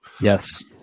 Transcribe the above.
yes